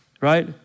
Right